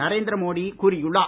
நரேந்திர மோடி கூறியுள்ளார்